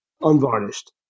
unvarnished